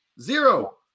Zero